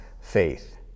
faith